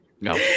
No